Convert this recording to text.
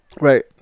right